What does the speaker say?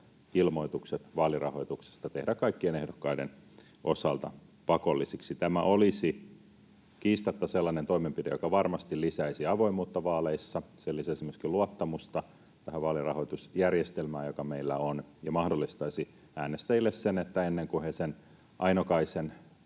ennakkoilmoitukset vaalirahoituksesta tehdä kaikkien ehdokkaiden osalta pakollisiksi. Tämä olisi kiistatta sellainen toimenpide, joka varmasti lisäisi avoimuutta vaaleissa. Se lisäisi myöskin luottamusta tähän vaalirahoitusjärjestelmään, joka meillä on, ja mahdollistaisi äänestäjille sen, että ennen kuin he sen ainokaisen,